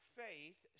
faith